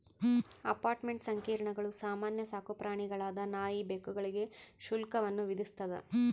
apartment ಸಂಕೀರ್ಣಗಳು ಸಾಮಾನ್ಯ ಸಾಕುಪ್ರಾಣಿಗಳಾದ ನಾಯಿ ಬೆಕ್ಕುಗಳಿಗೆ ಶುಲ್ಕವನ್ನು ವಿಧಿಸ್ತದ